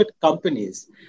companies